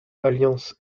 alliance